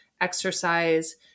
exercise